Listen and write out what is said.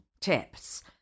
tips